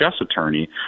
attorney